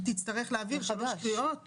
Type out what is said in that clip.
תצטרך להעביר את זה שוב בשלוש קריאות.